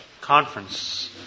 conference